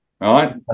Right